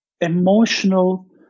emotional